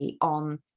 on